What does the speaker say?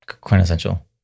quintessential